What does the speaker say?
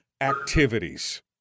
activities